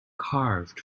carved